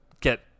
get